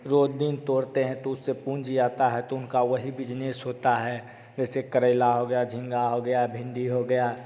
रोज दिन तोड़ते हैं तो उससे पूँजी आता है तो उनका वही बिजनेस होता है जैसे करेला हो गया झींगा हो गया भिण्डी हो गया